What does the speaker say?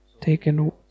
taken